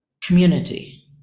community